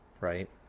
right